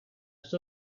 sua